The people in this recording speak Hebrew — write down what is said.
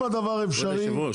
אם הדבר אפשרי --- כבוד היושב ראש,